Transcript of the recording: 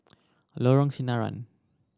Lorong Sinaran